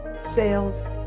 sales